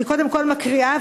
אני קודם כול מקריאה,